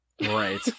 Right